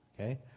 Okay